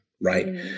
Right